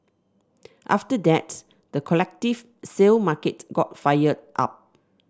after that the collective sale market got fired up